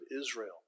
Israel